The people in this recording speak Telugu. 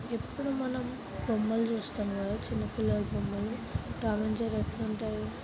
ఎప్పుడూ మనం బొమ్మలు చూస్తాం కదా చిన్నపిల్లలు బొమ్మలు టామ్ అండ్ జెర్రీ ఎట్లుంటాయి